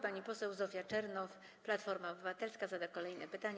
Pani poseł Zofia Czernow, Platforma Obywatelska, zada kolejne pytanie.